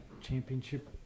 championship